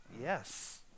Yes